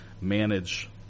manage